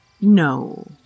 No